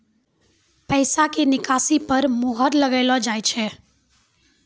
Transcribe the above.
पैसा के निकासी पर मोहर लगाइलो जाय छै